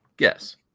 Yes